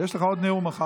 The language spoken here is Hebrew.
יש לך עוד נאום אחר כך.